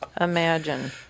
imagine